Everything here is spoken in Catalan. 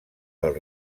del